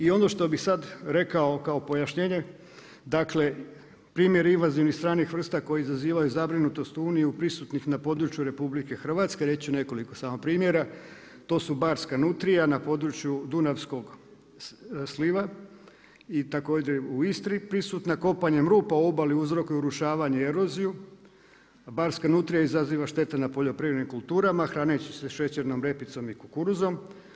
I ono što bih sada rekao kao pojašnjenje, dakle primjer invazivnih stranih vrsta koji izazivaju zabrinutost u Uniji prisutnih na području RH, reći ću nekoliko samo primjera, to su Barska nutrija na području Dunavskog sliva i također u Istri, prisutna kopanjem rupa u obali uzrokuje urušavanje i eroziju a Barska nutrija izaziva štete na poljoprivrednim kulturama hraneći se šećernom repicom i kukuruzom.